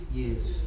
years